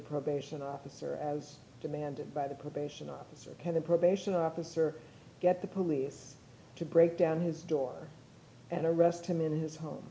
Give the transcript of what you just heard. probation officer as demanded by the probation officer pending probation officer get the police to break down his door and arrest him in his home